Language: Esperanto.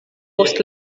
post